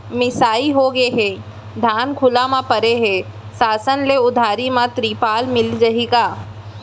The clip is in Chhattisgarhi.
मिंजाई होगे हे, धान खुला म परे हे, शासन ले उधारी म तिरपाल मिलिस जाही का?